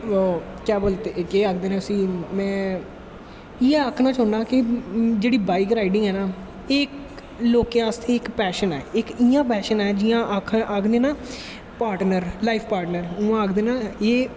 केह् आखदे नै उसी में इयै आखनां चाह्नां कि जेह्ड़ी बाईक राईड़िंग ऐ नी एह् लोकें आस्तै इक पैशन ऐ इयां पैशन ऐ जियां आखदे ना पार्टनर लाईफ पार्टनर एह्